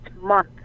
month